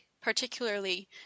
particularly